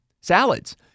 salads